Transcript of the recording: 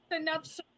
enough